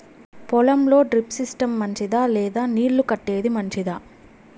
పొలం లో drip system మంచిదా లేదా నీళ్లు కట్టేది మంచిదా?